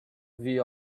via